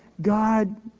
God